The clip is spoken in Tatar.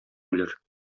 үләр